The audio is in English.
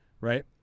right